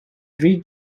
three